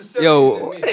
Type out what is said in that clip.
Yo